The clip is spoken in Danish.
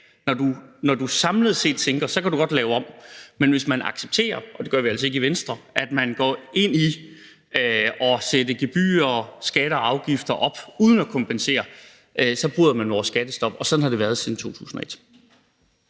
når man samlet set sænker, kan man godt lave om. Men hvis man accepterer – og det gør vi altså ikke i Venstre – at man går ind og sætter gebyrer, skatter og afgifter op uden at kompensere, så bryder man vores skattestop, og sådan har det været siden 2001.